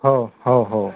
हो हो हो